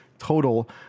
total